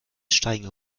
steigen